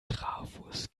trafos